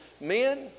men